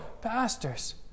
pastors